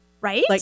Right